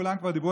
כולם כבר דיברו,